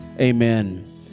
amen